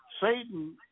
satan